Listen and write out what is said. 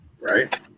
Right